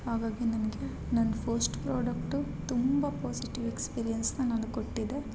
ಹಾಗಾಗಿ ನನಗೆ ನನ್ನ ಫಸ್ಟ್ ಪ್ರಾಡಕ್ಟ್ ತುಂಬ ಪಾಝಿಟಿವ್ ಎಕ್ಸ್ಪೀರಿಯನ್ಸ್ನ ನನಗೆ ಕೊಟ್ಟಿದೆ